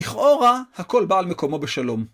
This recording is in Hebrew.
לכאורה, הכל בא על מקומו בשלום.